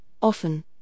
often